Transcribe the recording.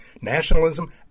nationalism